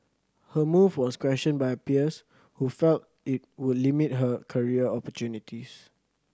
her move was questioned by her peers who felt it would limit her career opportunities